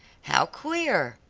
how queer!